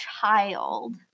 child